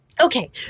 okay